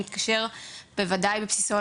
מתקשר בוודאי בבסיסו,